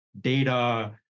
data